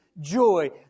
joy